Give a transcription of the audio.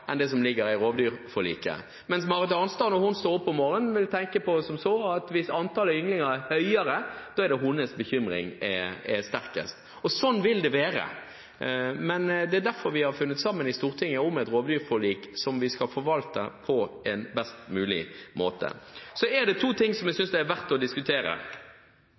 enn det som ligger i rovdyrforliket, mens når Marit Arnstad står opp om morgenen, vil hun tenke som så at hennes bekymring er sterkest hvis antallet ynglinger er høyere. Sånn vil det være. Det er derfor vi i Stortinget har blitt enige om et rovdyrforlik, som vi skal forvalte på best mulig måte. Så er det to ting som jeg synes det er verdt å diskutere,